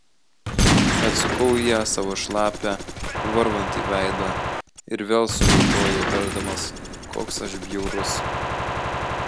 atsukau į ją savo šlapią varvantį veidą ir vėl suvaitojau tardamas koks aš bjaurus